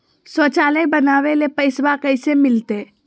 शौचालय बनावे ले पैसबा कैसे मिलते?